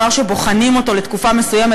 דבר שבוחנים אותו לתקופה מסוימת,